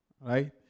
Right